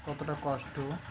কতটা কষ্ট